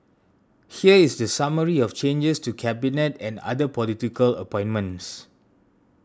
here is the summary of changes to Cabinet and other political appointments